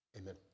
Amen